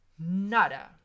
Nada